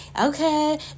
okay